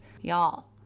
Y'all